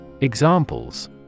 Examples